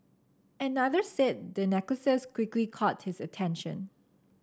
another said the necklaces quickly caught his attention